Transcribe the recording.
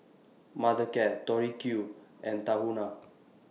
Mothercare Tori Q and Tahuna